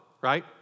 right